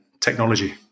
technology